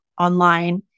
online